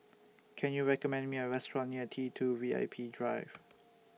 Can YOU recommend Me A Restaurant near T two V I P Drive